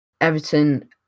Everton